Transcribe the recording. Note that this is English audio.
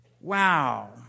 Wow